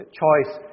choice